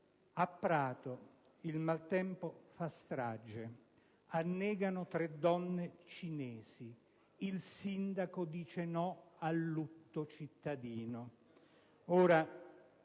«A Prato il maltempo fa strage. Annegano tre donne cinesi. Il sindaco dice no al lutto cittadino».